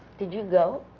did you go?